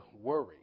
worry